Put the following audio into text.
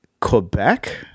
Quebec